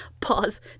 pause